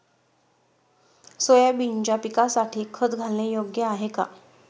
सोयाबीनच्या पिकासाठी खत घालणे योग्य आहे का?